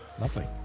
lovely